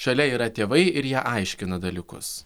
šalia yra tėvai ir jie aiškina dalykus